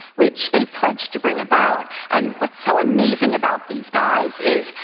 which they pledged to bring about. and what's so amazing about these guys is,